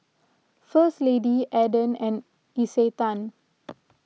First Lady Aden and Isetan